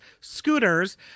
scooters